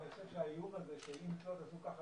אבל אני חושב שהאיום הזה שאם לא תעשו ככה,